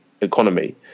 economy